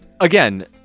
again